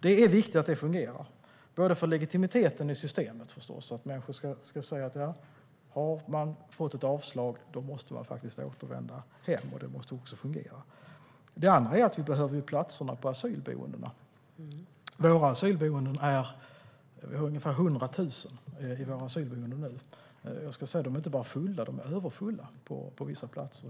Det är viktigt att det fungerar för legitimiteten i systemet att människor vet att om de har fått ett avslag måste de faktiskt återvända hem. Det andra är att vi behöver platserna på asylboendena. Vi har ungefär 100 000 i våra asylboenden nu. De är inte bara fulla utan överfulla på vissa platser.